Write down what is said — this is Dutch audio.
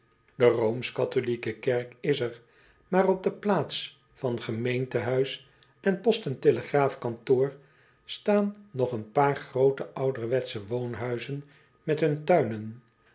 e kerk is er maar op de plaats van gemeentehuis en post en telegraafkantoor staan nog een paar groote ouderwetsche woonhuizen met hun tuinen